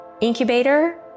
incubator